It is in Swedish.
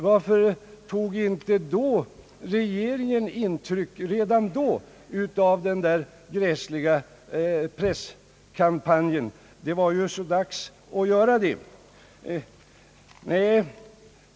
Varför tog inte regeringen redan då intryck av den där gräsliga presskampanjen? Det var ju redan då dags att göra det.